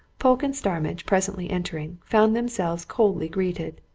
polke and starmidge, presently entering, found themselves coldly greeted.